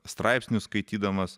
straipsnius skaitydamas